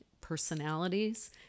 personalities